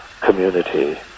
community